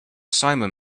simum